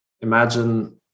imagine